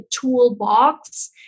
toolbox